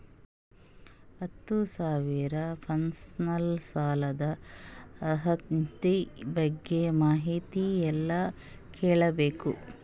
ಹತ್ತು ಸಾವಿರ ಪರ್ಸನಲ್ ಸಾಲದ ಅರ್ಹತಿ ಬಗ್ಗೆ ಮಾಹಿತಿ ಎಲ್ಲ ಕೇಳಬೇಕು?